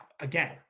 again